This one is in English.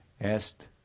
asked